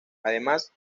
además